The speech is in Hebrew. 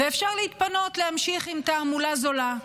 ואפשר להתפנות להמשיך עם תעמולה זולה.